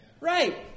Right